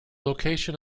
location